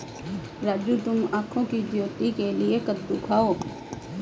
राजू तुम आंखों की ज्योति के लिए कद्दू खाओ